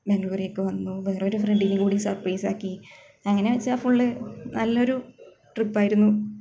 ബാംഗ്ലൂരേക്ക് വന്നു വേറെ ഒരു ഫ്രണ്ടിനെയും കൂടി സര്പ്രൈസ് ആക്കി അങ്ങനെ വെച്ചാൽ ഫുൾ നല്ല ഒരു ട്രിപ്പ് ആയിരുന്നു